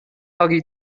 agaibh